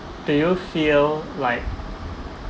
do you feel like